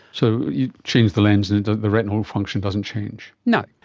so you change the lens and and the retinal function doesn't change. no.